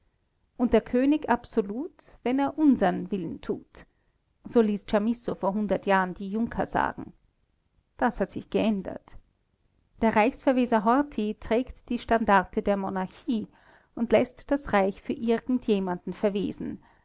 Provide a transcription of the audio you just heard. und der könig absolut wenn er unsern willen tut so ließ chamisso vor hundert jahren die junker sagen das hat sich geändert der reichsverweser horthy trägt die standarte der monarchie und läßt das reich für irgend jemanden verwesen